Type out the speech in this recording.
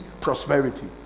prosperity